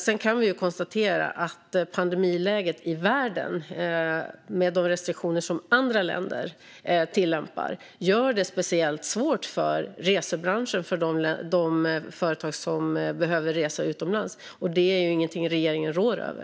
Sedan kan vi konstatera att pandemiläget i världen, med de restriktioner som andra länder tillämpar, gör det speciellt svårt för resebranschen och de företag som anordnar resor till utlandet. Detta är inte någonting som regeringen råder över.